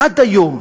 עד היום,